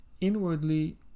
inwardly